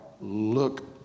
look